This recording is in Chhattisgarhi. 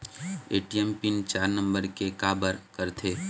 ए.टी.एम पिन चार नंबर के काबर करथे?